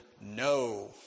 no